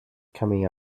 coming